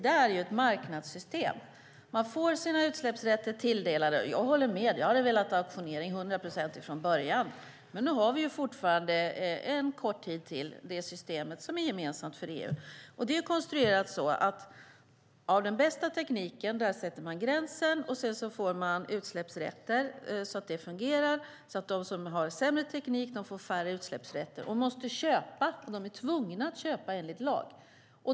Det är ett marknadssystem. Man får sina utsläppsrätter tilldelade. Jag hade velat ha auktionering till hundra procent redan från början, men nu har vi ytterligare en kort tid detta system, som är gemensamt för EU. Systemet är konstruerat så att gränsen sätts utifrån den bästa tekniken, och sedan får man utsläppsrätter. Det fungerar så att den som har sämre teknik får färre utsläppsrätter och måste köpa dem. Man är tvungen att köpa enligt lag.